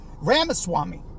Ramaswamy